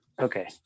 okay